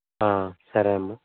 సరే అమ్మా